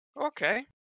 Okay